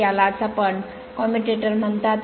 यालाच आपण कम्युटेटर म्हणतात